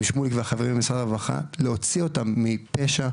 שמוליק והחברים ממשרד הרווחה להוציא אותם מפשע,